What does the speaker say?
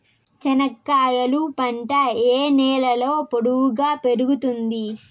చెనక్కాయలు పంట ఏ నేలలో పొడువుగా పెరుగుతుంది?